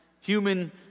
human